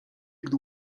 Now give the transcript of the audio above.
gdy